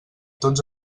tots